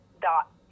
dot